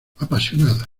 apasionada